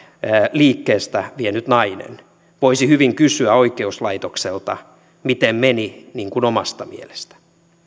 liikkeestä vienyt nainen voisi hyvin kysyä oikeuslaitokselta miten meni niin kuin omasta mielestä